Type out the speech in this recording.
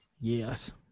Yes